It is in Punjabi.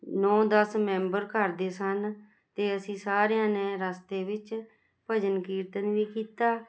ਨੌਂ ਦਸ ਮੈਂਬਰ ਘਰ ਦੇ ਸਨ ਅਤੇ ਅਸੀਂ ਸਾਰਿਆਂ ਨੇ ਰਸਤੇ ਵਿੱਚ ਭਜਨ ਕੀਰਤਨ ਵੀ ਕੀਤਾ